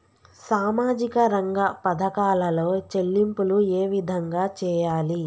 సామాజిక రంగ పథకాలలో చెల్లింపులు ఏ విధంగా చేయాలి?